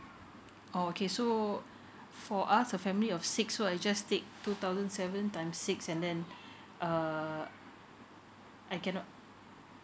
oh okay so for us a family of six so I just take two thousand seven times six and then uh I cannot